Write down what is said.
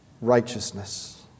Righteousness